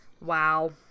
Wow